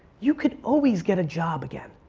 you could always get a job again.